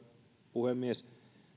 puhemies